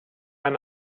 ein